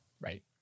right